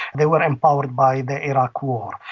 they were empowered by the iraq war.